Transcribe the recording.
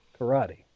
karate